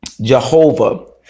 Jehovah